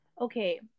okay